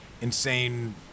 insane